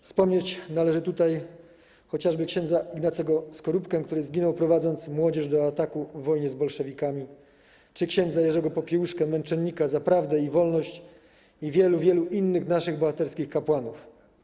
Wspomnieć należy tutaj chociażby ks. Ignacego Skorupkę, który zginął, prowadząc młodzież do ataku w wojnie z bolszewikami, czy ks. Jerzego Popiełuszkę, męczennika za prawdę i wolność, i wielu, wielu innych naszych bohaterskich kapłanów.